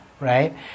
right